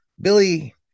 Billy